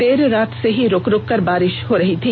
देर रात से ही रूक रूक कर बारिष हो रही थी